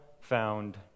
found